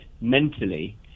mentally